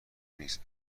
نیست